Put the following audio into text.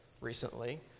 recently